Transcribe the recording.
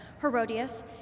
Herodias